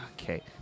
Okay